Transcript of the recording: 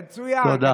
מצוין.